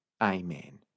Amen